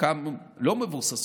חלקן לא מבוססות,